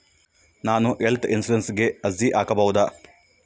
ನಾನು ಹೆಲ್ತ್ ಇನ್ಶೂರೆನ್ಸಿಗೆ ಅರ್ಜಿ ಹಾಕಬಹುದಾ?